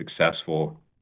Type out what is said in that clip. successful